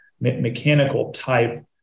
mechanical-type